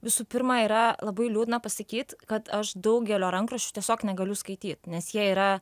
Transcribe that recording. visų pirma yra labai liūdna pasakyt kad aš daugelio rankraščių tiesiog negaliu skaityt nes jie yra